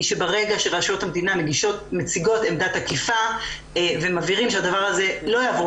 ברגע שרשויות המדינה מציגות עמדה תקיפה ומבהירות שהדבר הזה לא יעבור